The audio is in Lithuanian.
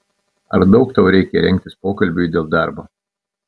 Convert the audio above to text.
ar daug tau reikia rengtis pokalbiui dėl darbo